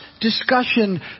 discussion